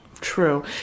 True